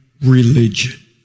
religion